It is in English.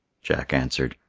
jack answered,